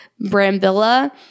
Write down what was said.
brambilla